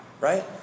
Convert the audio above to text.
Right